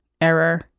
error